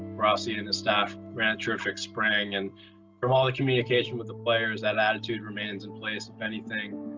rossy and his staff ran a terrific spring, and from all the communication with the players, that attitude remains in place if anything,